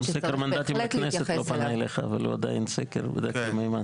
גם סקר מנדטים בכנסת לא פנה אליך והוא עדיין סקר מהימן.